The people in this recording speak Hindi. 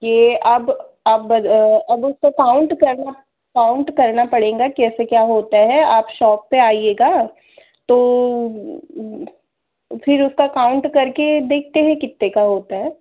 यह अब अब बज अब इसको काउंट करना काउंट करना पड़ेगा कैसे क्या होता है आप शॉप पर आइएगा तो फ़िर उसका काउंट करके देखते हैं कितने का होता है